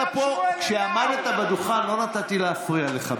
כשעמדת בדוכן לא נתתי להפריע לך.